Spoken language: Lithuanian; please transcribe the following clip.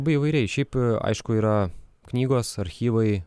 labai įvairiai šiaip aišku yra knygos archyvai